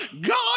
God